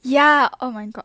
ya oh my god